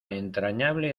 entrañable